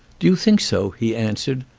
do you think so? he answered.